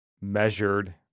measured